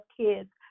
kids